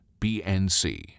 BNC